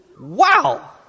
Wow